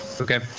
Okay